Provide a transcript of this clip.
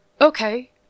okay